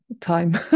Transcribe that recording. time